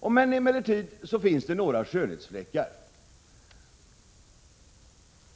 Det finns emellertid några skönhetsfläckar.